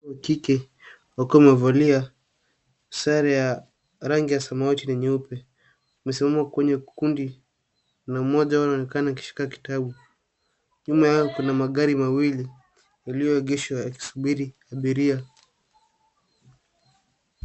Wa kike wakiwa wamevalia sare ya rangi ya samawati na nyeupe wamesimama kwenye kundi na mmoja wao anaonekana akishika kitabu. Nyuma yao kuna magari mawili yaliyoegeshwa yakisubiri abiria.